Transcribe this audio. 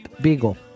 beagle